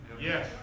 Yes